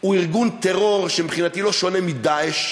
הוא ארגון טרור שמבחינתי לא שונה מ"דאעש"